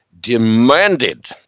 demanded